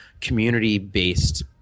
community-based